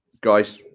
Guys